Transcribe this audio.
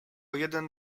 jeden